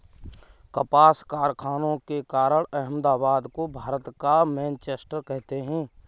कपास कारखानों के कारण अहमदाबाद को भारत का मैनचेस्टर कहते हैं